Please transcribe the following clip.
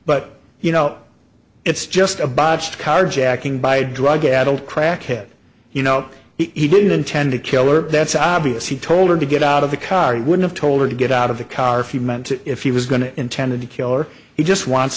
but you know it's just a botched carjacking by a drug addled crackhead you know he didn't intend to kill or that's obvious he told him to get out of the car he would have told her to get out of the car if you meant if he was going to intended to kill or he just wants